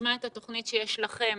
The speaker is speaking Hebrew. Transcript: נשמע את התוכנית שיש לכם